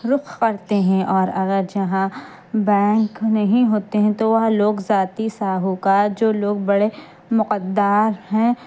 رخ کرتے ہیں اور اگر جہاں بینک نہیں ہوتے ہیں تو وہ لوگ ذاتی ساہوکار جو لوگ بڑے نقد دار ہیں